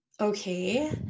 okay